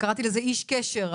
קראתי לזה איש קשר.